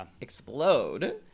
explode